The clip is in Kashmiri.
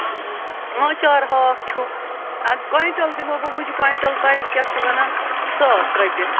آنچار ہاکھ چھُ کۅیِنٛٹَل دِمہو بہٕ مجہِ کۅیِنٛٹَل تۄہہِ کیٛاہ چھِ وَنان ساس رۄپیہِ